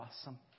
awesome